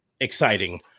exciting